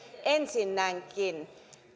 ensinnäkin